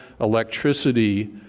electricity